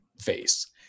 face